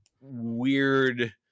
weird